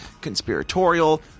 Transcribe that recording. conspiratorial